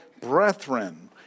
brethren